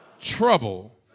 Trouble